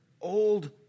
old